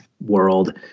world